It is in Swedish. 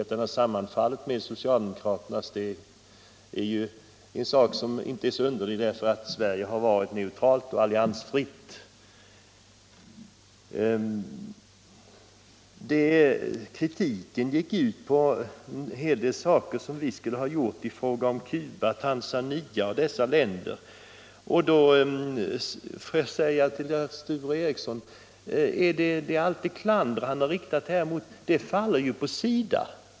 Att den har sammanfallit med socialdemokraternas är ju inte så underligt, eftersom Sverige har varit neutralt och alliansfritt. Herr Erikssons kritik gick ut på centerns ställningstagande i fråga om Cuba, Tanzania och andra av dessa länder. Då vill jag svara herr Ericson, att allt det klander han här har riktat mot centern bör i så fall också falla på SIDA.